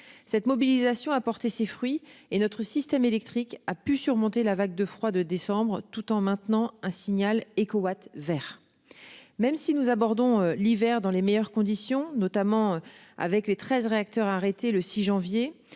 Cette mobilisation a porté ses fruits et notre système électrique a pu surmonter la vague de froid de décembre tout en maintenant un signal EcoWatt verts. Même si nous abordons l'hiver dans les meilleures conditions, notamment. Avec les 13 réacteurs arrêtés le 6 janvier